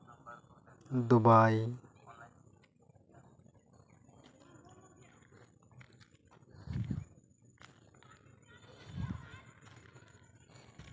Dubai